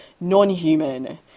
non-human